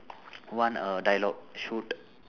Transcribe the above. one err dialogue shoot